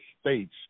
States